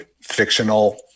fictional